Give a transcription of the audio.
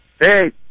Hey